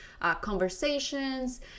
conversations